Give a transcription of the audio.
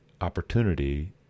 opportunity